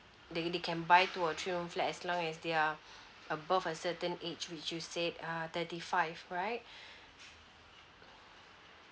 they they can buy two or three room flat as long as they're above a certain age which you said err thirty five right